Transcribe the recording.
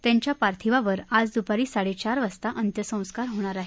त्यांच्या पार्थिवावर आज दुपारी साडेचार वाजता अंत्यसंस्कार होणार आहेत